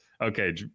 okay